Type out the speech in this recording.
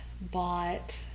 bought